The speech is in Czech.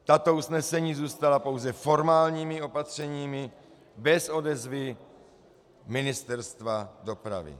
Tato usnesení zůstala pouze formálními opatřeními, bez odezvy Ministerstva dopravy.